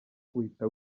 uhita